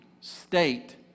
state